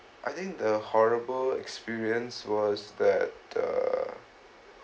I think the horrible experience was that the